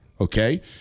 Okay